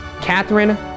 Catherine